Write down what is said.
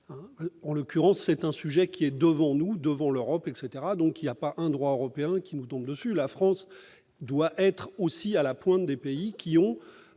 En l'occurrence, c'est un sujet qui est devant nous, devant l'Europe. Il n'y a pas un droit européen qui nous tombe dessus ! La France doit être à la pointe des pays qui